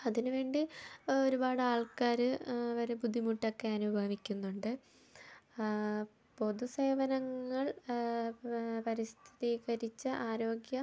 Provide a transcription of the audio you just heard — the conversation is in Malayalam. അതിനുവേണ്ടി ഒരുപാടാൾക്കാർ അവർ ബുദ്ധിമുട്ടൊക്കെ അനുഭവിക്കുന്നുണ്ട് പൊതു സേവനങ്ങൾ പരിസ്ഥിതീകരിച്ച് ആരോഗ്യ